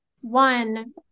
One